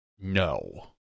no